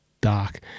dark